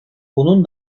bunun